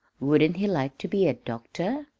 wouldn't he like to be a doctor?